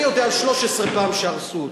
אני יודע על 13 פעם שהרסו אותו.